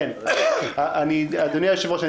אדוני היושב-ראש,